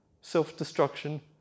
self-destruction